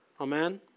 Amen